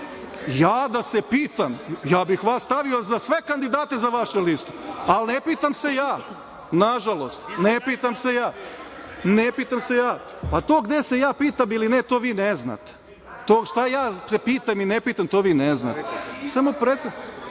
Ja da se pitam, ja bih vas stavio za sve kandidate sa vaše liste, ali ne pitam se ja, nažalost, ne pitam se ja. To gde se ja pitam ili ne to vi ne znate, šta se ja pitam i ne pitam to vi ne